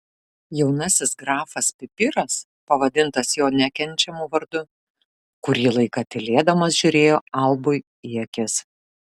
jaunasis grafas pipiras pavadintas jo nekenčiamu vardu kurį laiką tylėdamas žiūrėjo albui į akis